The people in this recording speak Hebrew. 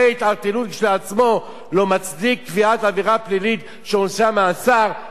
ההתערטלות כשלעצמו לא מצדיק קביעת עבירה פלילית שעונשה מאסר.